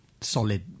solid